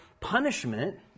punishment